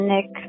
Nick